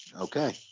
Okay